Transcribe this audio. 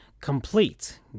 complete